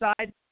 side